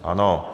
Ano.